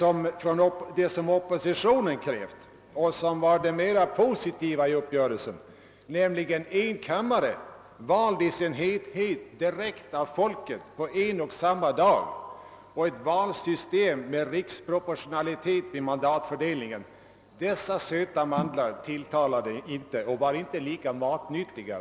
De »söta mandlar» som oppositionen ville ha och som var det mera positiva i uppgörelsen — nämligen en kammare, vald i sin helhet direkt av folket på en och samma dag och ett valsystem med riksproportionalitet vid mandatfördelningen — var inte lika matnyttiga.